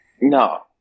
No